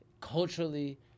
culturally